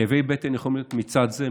כאבי בטן יכולים להיות מצד זה,